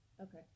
Okay